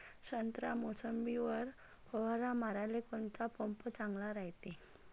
संत्रा, मोसंबीवर फवारा माराले कोनचा पंप चांगला रायते?